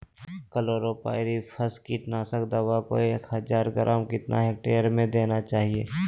Chlorpyrifos कीटनाशक दवा को एक हज़ार ग्राम कितना हेक्टेयर में देना चाहिए?